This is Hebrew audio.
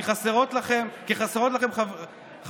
כי חסרות לכם ידיים עובדות,